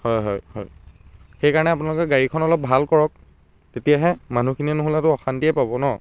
হয় হয় হয় সেইকাৰণে আপোনালোকে গাড়ীখন অলপ ভাল কৰক তেতিয়াহে মানুহখিনি নহ'লেতো অশান্তিয়ে পাব ন